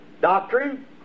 doctrine